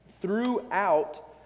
throughout